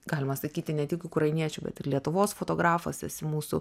galima sakyti ne tik ukrainiečių bet ir lietuvos fotografas esi mūsų